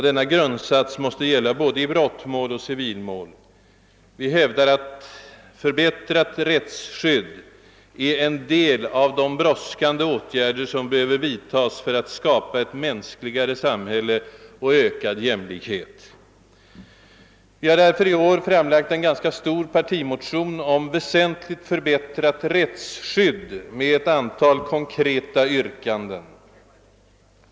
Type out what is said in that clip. Denna grundsats måste gälla i både brottmål och civilmål. Vi hävdar att en förbättring av rättsskyddet är en av de brådskande åtgärder som måste vidtas för att skapa ett mänskligare samhälle och ökad jämlikhet. Vi har därför i år framlagt en ganska stor partimotion om väsentligt förbättrat rättsskydd med ett antal konkreta yrkanden.